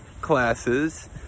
classes